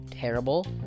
terrible